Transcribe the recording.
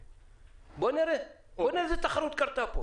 בוא נראה איזו תחרות קרתה כאן.